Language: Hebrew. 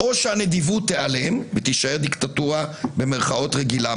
או שהנדיבות תיעלם ותישאר דיקטטורה "רגילה",